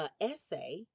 essay